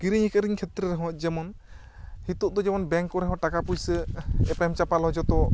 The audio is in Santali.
ᱠᱤᱨᱤᱧ ᱟᱠᱷᱟᱨᱤᱧ ᱠᱷᱮᱛᱨᱮ ᱨᱮᱦᱚᱸ ᱡᱮᱢᱚᱱ ᱱᱤᱛᱚᱜ ᱫᱚ ᱡᱮᱢᱚᱱ ᱵᱮᱝᱠ ᱠᱚᱨᱮ ᱦᱚᱸ ᱴᱟᱠᱟ ᱯᱩᱭᱥᱟᱹ ᱮᱯᱮᱢ ᱪᱟᱯᱟᱞ ᱦᱚᱸ ᱡᱚᱛᱚ